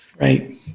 Right